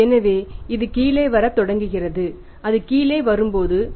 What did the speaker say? எனவே இது கீழேவரத் தொடங்குகிறது அது கீழே வரும்போது 0